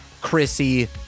Chrissy